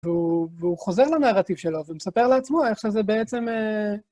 והוא חוזר לנרטיב שלו ומספר לעצמו איך שזה בעצם...